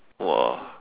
!wah!